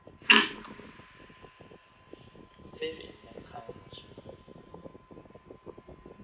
faith in mankind